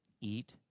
Eat